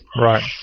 right